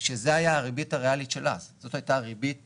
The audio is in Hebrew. שזה היה הריבית הריאלית של אז, זו הייתה ריבית